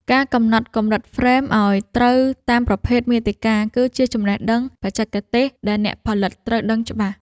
ការកំណត់កម្រិតហ្វ្រេម ឱ្យត្រូវតាមប្រភេទមាតិកា គឺជាចំណេះដឹងបច្ចេកទេសដែលអ្នកផលិតត្រូវដឹងច្បាស់។